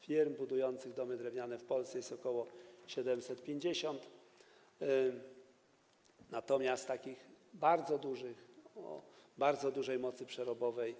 Firm budujących domy drewniane w Polsce jest ok. 750, natomiast takich bardzo dużych, o bardzo dużej mocy przerobowej,